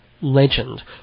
legend